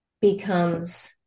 becomes